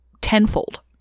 tenfold